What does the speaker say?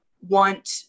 want